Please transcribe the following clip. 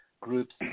groups